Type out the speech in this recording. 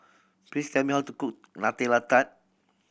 please tell me how to cook Nutella Tart